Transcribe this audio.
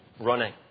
running